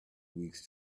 weeks